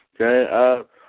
Okay